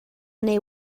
neu